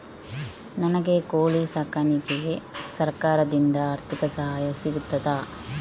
ನನಗೆ ಕೋಳಿ ಸಾಕಾಣಿಕೆಗೆ ಸರಕಾರದಿಂದ ಆರ್ಥಿಕ ಸಹಾಯ ಸಿಗುತ್ತದಾ?